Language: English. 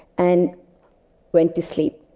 and went to sleep.